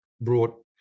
brought